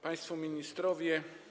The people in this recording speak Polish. Państwo Ministrowie!